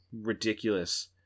ridiculous